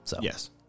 Yes